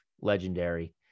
legendary